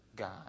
God